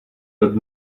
nad